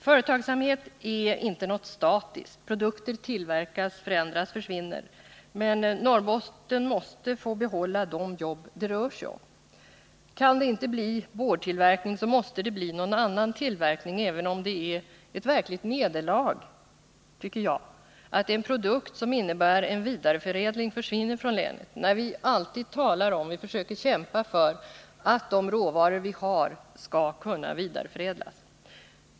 Företagsamhet är inte något statiskt, utan produkter som tillverkas förändras och försvinner. Men Norrbotten måste få behålla de jobb det rör sig om. Kan det inte bli boardtillverkning måste det bli någon annan tillverkning, även om det enligt min mening är ett verkligt nederlag att en produkt vars framställning innebär en vidareförädling försvinner från länet. Vi brukar ju alltid tala om och försöker kämpa för att de råvaror vi har skall kunna vidareförädlas inom området.